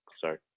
sorry